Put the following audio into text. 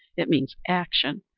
it means action.